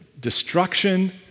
Destruction